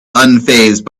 unfazed